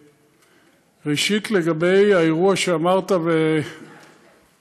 ראשית, לגבי האירוע שאמרת והופתעתי,